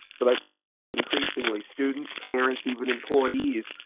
but i can tell you increasingly students, parents, even employees,